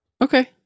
Okay